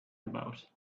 about